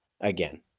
again